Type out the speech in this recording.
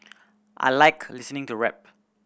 I like listening to rap